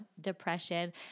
depression